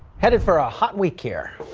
headed for a hot week here.